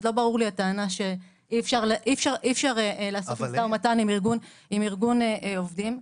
לא ברורה לי הטענה שאי אפשר לעשות משא ומתן עם ארגון עובדים.